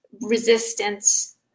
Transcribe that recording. resistance